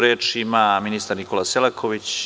Reč ima ministar Nikola Selaković.